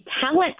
talent